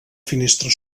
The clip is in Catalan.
finestra